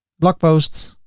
blog post,